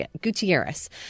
Gutierrez